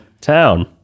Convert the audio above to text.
town